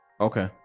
Okay